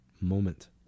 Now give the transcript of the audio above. moment